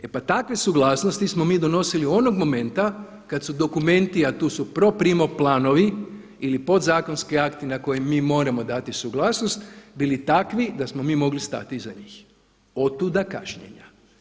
E pa takve suglasnosti smo mi donosili onog momenta kada su dokumenti a to su proprimo planovi ili podzakonski akti na koje mi moramo dati suglasnost bili takvi da smo mi mogli stati iza njih, otuda kašnjenja.